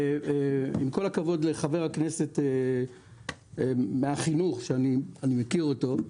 עם כל הכבוד לחבר הכנסת מהחינוך, שאני מכיר אותו,